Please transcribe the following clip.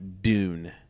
Dune